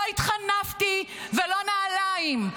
לא התחנפתי ולא נעליים.